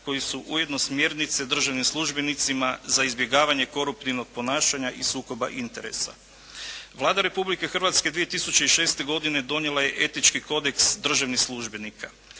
koji su ujedno smjernice državnim službenicima za izbjegavanje koruptivnog ponašanja i sukoba interesa. Vlada Republike Hrvatske 2006. godine donijela je etički kodeks državnih službenika.